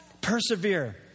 persevere